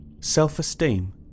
self-esteem